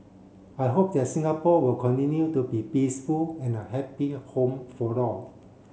I hope that Singapore will continue to be peaceful and a happy home for all